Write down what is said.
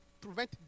prevent